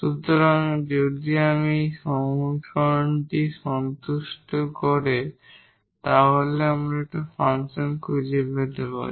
সুতরাং যদি আমি এই সমীকরণটি সন্তুষ্ট করে এমন একটি ফাংশন খুঁজে পেতে পারি